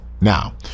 Now